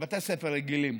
בבתי ספר רגילים.